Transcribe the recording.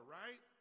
right